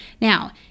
Now